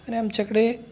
आणि आमच्याकडे